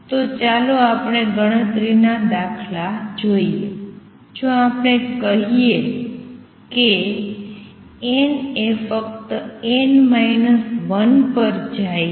તો ચાલો આપણે ગણતરીના દાખલા જોઈએ જો આપણે કહીએ કે n એ ફક્ત n 1 પર જાય છે